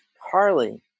Harley